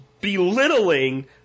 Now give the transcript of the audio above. belittling